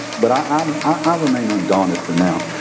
but i um i remain undaunted for now.